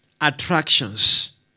Attractions